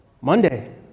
Monday